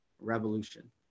revolution